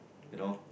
you know